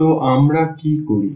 তো আমরা কি করি